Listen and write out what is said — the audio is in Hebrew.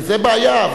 וזו בעיה.